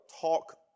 talk